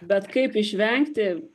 bet kaip išvengti